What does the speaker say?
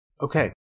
okay